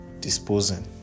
disposing